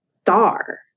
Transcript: star